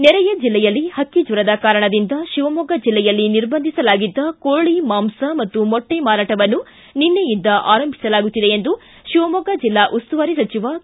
ನೆರೆಯ ಜಿಲ್ಲೆಯಲ್ಲಿ ಹಕ್ಕಿಜ್ವರದ ಕಾರಣದಿಂದ ಶಿವಮೊಗ್ಗ ಜಿಲ್ಲೆಯಲ್ಲಿ ನಿರ್ಬಂಧಿಸಲಾಗಿದ್ದ ಕೋಳಿ ಮಾಂಸ ಮತ್ತು ಮೊಟ್ಟೆ ಮಾರಾಟವನ್ನು ನಿನ್ನೆಯಿಂದ ಆರಂಭಿಸಲಾಗುತ್ತಿದೆ ಎಂದು ಶಿವಮೊಗ್ಗ ಜಿಲ್ಲಾ ಉಸ್ತುವಾರಿ ಸಚಿವ ಕೆ